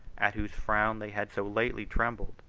at whose frown they had so lately trembled.